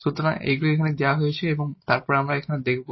সুতরাং এইগুলি এখন দেওয়া হয়েছে আমরা এখন দেখাব